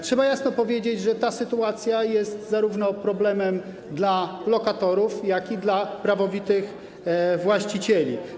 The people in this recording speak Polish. Trzeba jasno powiedzieć, że ta sytuacja jest zarówno problemem dla lokatorów, jak i prawowitych właścicieli.